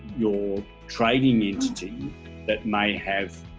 your trading entity that may have